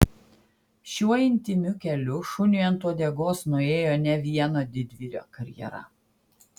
šiuo intymiu keliu šuniui ant uodegos nuėjo ne vieno didvyrio karjera